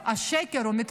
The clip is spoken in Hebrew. אבל פה השקר הוא מתמשך,